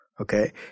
okay